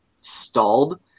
stalled